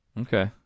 okay